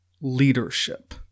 leadership